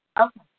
Okay